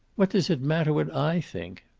what does it matter what i think?